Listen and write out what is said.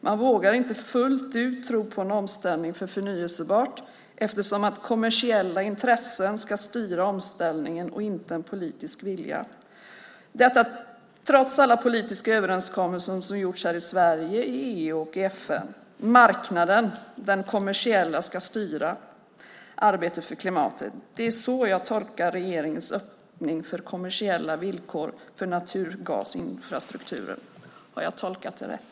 Man vågar inte fullt ut tro på en omställning till förnybart eftersom det är kommersiella intressen och inte politisk vilja som ska styra omställningen, trots alla politiska överenskommelser som gjorts här i Sverige, i EU och i FN. Marknaden, den kommersiella, ska styra arbetet för klimatet. Det är så jag tolkar regeringens öppning för kommersiella villkor för naturgasinfrastrukturen. Har jag tolkat det rätt?